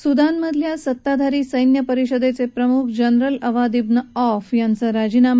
सुदानमधल्या सत्ताधारी सैन्य परिषदद्यप्रिमुख जनरल अवाद बिन औफ यांचा राजीनामा